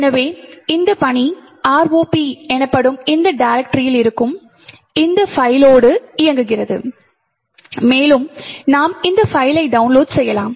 எனவே இந்த பணி ROP எனப்படும் இந்த டைரெக்டரியில் இருக்கும் இந்த பைல்லோடு இயங்குகிறது மேலும் நாம் இந்த பைல்லை டவுன்லோட் செய்யலாம்